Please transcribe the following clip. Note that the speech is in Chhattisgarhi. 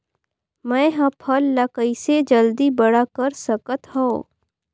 मैं ह फल ला कइसे जल्दी बड़ा कर सकत हव?